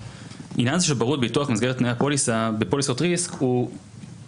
העניין הזה של ברות ביטוח במסגרת תנאי הפוליסה בפוליסות ריסק הוא קיים,